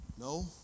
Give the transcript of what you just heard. No